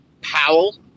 Powell